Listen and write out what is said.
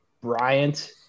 Bryant